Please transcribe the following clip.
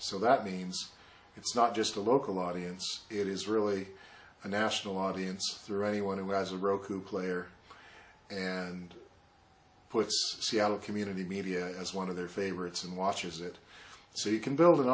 so that means it's not just a local audience it is really a national audience through anyone who has a roku player and puts seattle community media as one of their favorites and watches it so you can build an